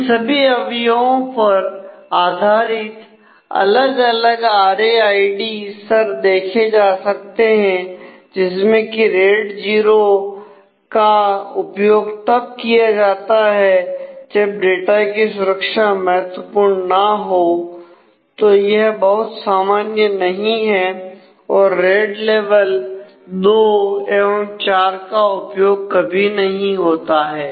इन सभी अवयवों पर आधारित अलग अलग आर ए आई डी स्तर देखे जा सकते हैं जिसमें की रेड जीरो एवं चार का उपयोग कभी नहीं होता है